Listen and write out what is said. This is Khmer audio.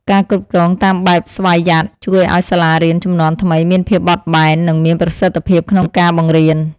ការគ្រប់គ្រងតាមបែបស្វយ័តជួយឱ្យសាលារៀនជំនាន់ថ្មីមានភាពបត់បែននិងមានប្រសិទ្ធភាពក្នុងការបង្រៀន។